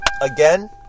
again